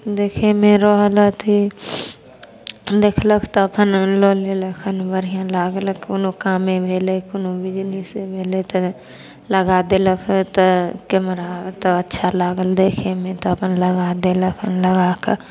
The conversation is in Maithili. देखैमे रहल अथी देखलक तऽ अपन लऽ लेलक खाली बढ़िआँ लागलक कोनो कामे भेलै कोनो बिजनेसे भेलै तऽ लगा देलक तऽ केमरा तऽ अच्छा लागल देखैमे तऽ अपन लगा देलक लगाकऽ